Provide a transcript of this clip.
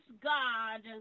God